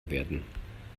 werden